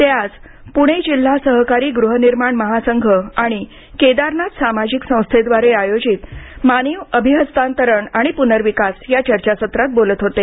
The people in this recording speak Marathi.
ते आज पूणे जिल्हा सहकारी गुहनिर्माण महासंघ आणि केदारनाथ सामाजिक संस्थेद्वारे आयोजित मानीव अभिहस्तांतरण आणि पूनर्विकास या चर्चासत्रात बोलत होते